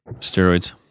steroids